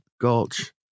gulch